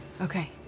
Okay